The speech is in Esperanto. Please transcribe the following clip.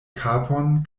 kapon